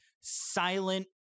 silent